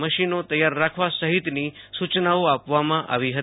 મશીનો તૈયાર રાખવા સહિતની સૂચનાઓ આપવામાં આવી હતી